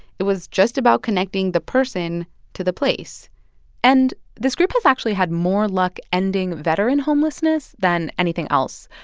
it was just about connecting the person to the place and this group has actually had more luck ending veteran homelessness than anything else.